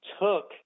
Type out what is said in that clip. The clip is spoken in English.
took